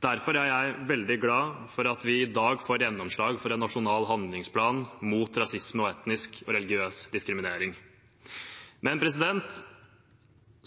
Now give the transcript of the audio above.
Derfor er jeg veldig glad for at vi i dag får gjennomslag for en nasjonal handlingsplan mot rasisme og etnisk og religiøs diskriminering. Men